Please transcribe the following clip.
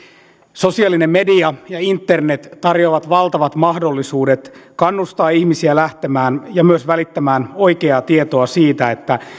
sosiaalinen media ja internet tarjoavat valtavat mahdollisuudet kannustaa ihmisiä lähtemään ja myös välittämään oikeaa tietoa siitä että